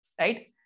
right